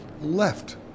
left